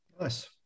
Nice